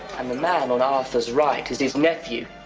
and the man on arthur's right is his nephew,